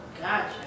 Gotcha